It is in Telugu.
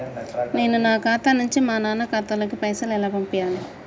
నేను నా ఖాతా నుంచి మా నాన్న ఖాతా లోకి పైసలు ఎలా పంపాలి?